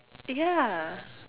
ya